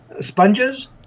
sponges